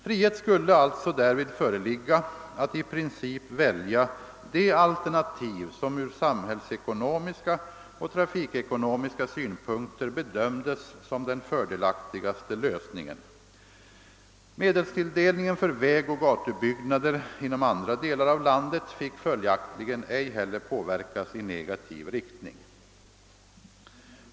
Frihet skulle alltså därvid föreligga att i princip välja det alternativ som ur samhällsekonomiska och trafikekonomiska synpunkter bedömdes som den fördelaktigaste lösningen. Medelstilldelningen för vägoch gatubyggnader inom andra delar av landet fick följaktligen ej heller påverkas i negativ. riktning.